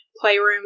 playroom